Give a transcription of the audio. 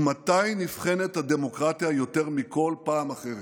ומתי נבחנת הדמוקרטיה יותר מכל פעם אחרת?